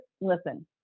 listen